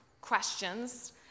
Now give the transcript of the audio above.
questions